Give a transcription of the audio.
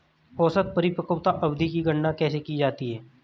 औसत परिपक्वता अवधि की गणना कैसे की जाती है?